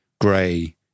Gray